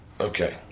Okay